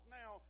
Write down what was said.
now